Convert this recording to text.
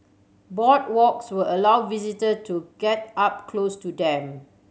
boardwalks will allow visitor to get up close to them